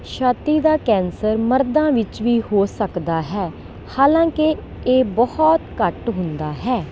ਛਾਤੀ ਦਾ ਕੈਂਸਰ ਮਰਦਾਂ ਵਿੱਚ ਵੀ ਹੋ ਸਕਦਾ ਹੈ ਹਾਲਾਂਕਿ ਇਹ ਬਹੁਤ ਘੱਟ ਹੁੰਦਾ ਹੈ